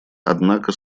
однако